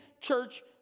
church